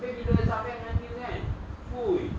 tapi bila safian kan !oi!